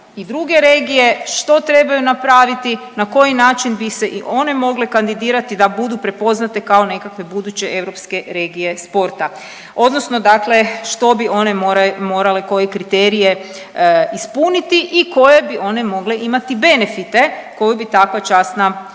i druge regije što trebaju napraviti, na koji način bi se i one mogle kandidirati da budu prepoznate kao nekakve buduće europske regije sporta odnosno što bi one morale koje kriterije ispuniti i koje bi one mogle imati benefite koju bi takva časna titula